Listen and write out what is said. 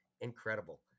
incredible